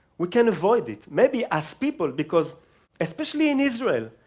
we can avoid it. maybe as people, because especially in israel,